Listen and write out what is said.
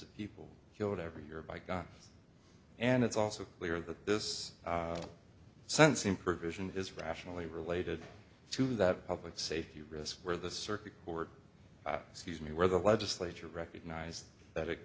of people killed every year by guns and it's also clear that this sense in provision is rationally related to that public safety risk where the circuit board excuse me where the legislature recognized that it